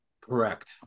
Correct